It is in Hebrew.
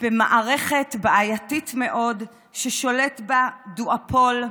במערכת בעייתית מאוד ששולט בה דואופול,